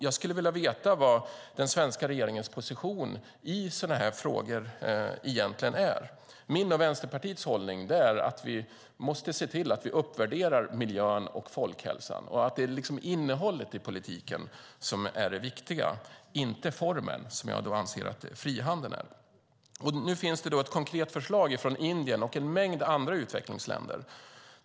Jag skulle vilja veta vilken den svenska regeringens position i sådana här frågor egentligen är. Min och Vänsterpartiets hållning är att vi måste se till att uppvärdera miljön och folkhälsan. Det är innehållet i politiken som är det viktiga, inte formen, som jag anser att frihandeln är. Nu finns ett konkret förslag från Indien och en mängd andra utvecklingsländer.